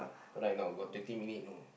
correct or not got twenty minute you know